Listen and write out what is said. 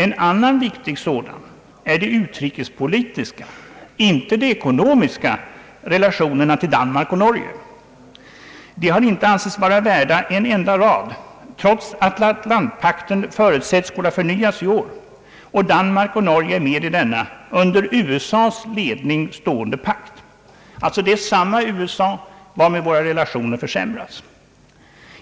En annan viktig sådan är de utrikespolitiska — inte de ekonomiska — relationerna till Danmark och Norge. De har inte ansetts vara värda en enda rad, trots att Atlantpakten förutses skola förnyas i år och Danmark och Norge är med i denna under USA:s ledning stående pakt, alltså samma USA varmed våra relationer försämrats.